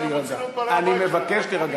הם רוצים להיות בעלי-הבית, אני מבקש להירגע.